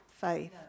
faith